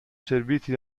serviti